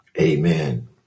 Amen